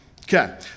Okay